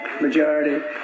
majority